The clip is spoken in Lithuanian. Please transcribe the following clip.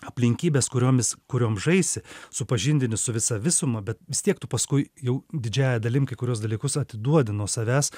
aplinkybes kuriomis kuriom žaisi supažindini su visa visuma bet vis tiek tu paskui jau didžiąja dalim kai kuriuos dalykus atiduodi nuo savęs